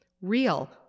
Real